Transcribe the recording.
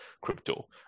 crypto